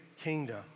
kingdom